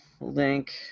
Link